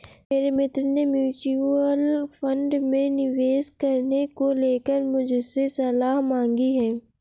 मेरे मित्र ने म्यूच्यूअल फंड में निवेश करने को लेकर मुझसे सलाह मांगी है